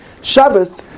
Shabbos